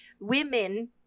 women